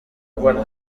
umuntu